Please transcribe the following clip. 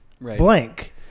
blank